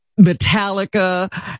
metallica